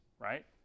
right